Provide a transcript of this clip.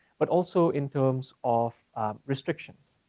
but also in terms of restrictions,